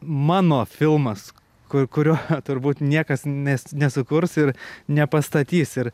mano filmas kur kurio turbūt niekas ne nesukurs ir nepastatys ir